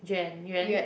Jan-Yuan